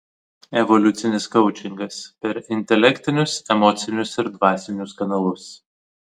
evoliucinis koučingas per intelektinius emocinius ir dvasinius kanalus